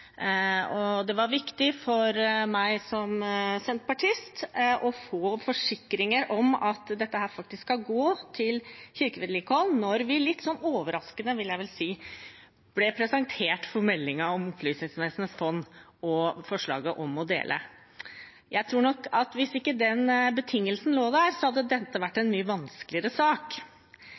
Det var viktig for meg som senterpartist å få forsikringer om at dette faktisk skal gå til kirkevedlikehold når vi litt overraskende, vil jeg vel si, ble presentert for meldingen om Opplysningsvesenets fond og forslaget om å dele. Jeg tror nok at hvis ikke den betingelsen lå der, hadde dette vært en mye vanskeligere sak.